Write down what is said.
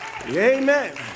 Amen